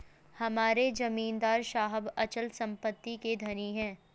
हमारे जमींदार साहब अचल संपत्ति के धनी हैं